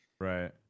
right